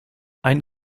ein